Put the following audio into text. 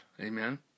Amen